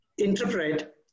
Interpret